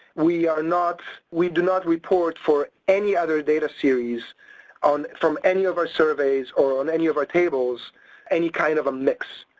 we are not, we do not report for any other data series on from any of our surveys or on any of our tables any kind of a mix.